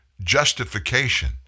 justification